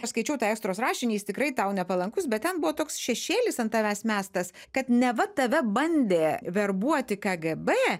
skaičiau tą ekstros rašinį jis tikrai tau nepalankus bet ten buvo toks šešėlis ant tavęs mestas kad neva tave bandė verbuoti kgb